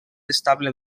estable